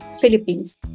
Philippines